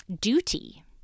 duty